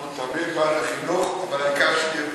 אנחנו תמיד בעד החינוך, אבל העיקר שתהיה בריאות.